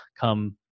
come